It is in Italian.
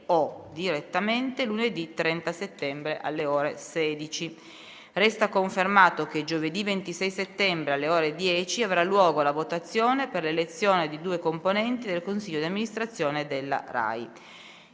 o, direttamente, lunedì 30 settembre, alle ore 16. Resta confermato che giovedì 26 settembre, alle ore 10, avrà luogo la votazione per l'elezione di due componenti del consiglio di amministrazione della RAI.